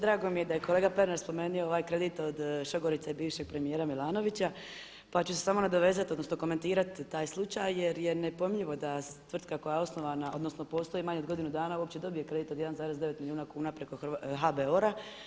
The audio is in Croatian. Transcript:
Drago mi je da je kolega Pernar spomenuo ovaj kredit od šogorice bivšeg premijera Milanovića pa ću se samo nadovezati odnosno komentirati taj slučaj jer je nepojmljivo da tvrtka koja je osnovana odnosno postoji manje od godinu dana uopće dobije kredit od 1,9 milijuna kuna preko HBOR-a.